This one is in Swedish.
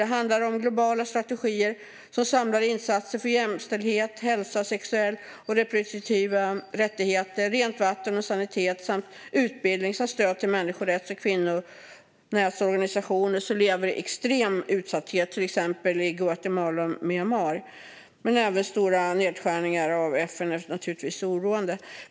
Det handlar om globala strategier som samlar insatser för jämställdhet, hälsa, sexuella och reproduktiva rättigheter, rent vatten och sanitet, utbildning samt stöd till människorätts och kvinnorättsorganisationer där man lever i extrem utsatthet, till exempel i Guatemala och Myanmar. Men även de stora nedskärningarna på FN är naturligtvis oroande.